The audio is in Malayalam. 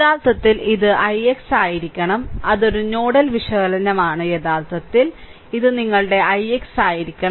യഥാർത്ഥത്തിൽ ഇത് ix ആയിരിക്കണം അതൊരു നോഡൽ വിശകലനമാണ് യഥാർത്ഥത്തിൽ ഇത് നിങ്ങളുടെ ix ആയിരിക്കണം